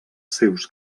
seus